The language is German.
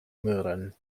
möhren